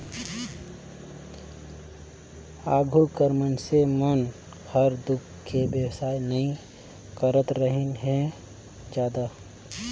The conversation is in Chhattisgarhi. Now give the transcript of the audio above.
आघु कर मइनसे मन हर दूद के बेवसाय नई करतरहिन हें जादा